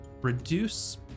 reduce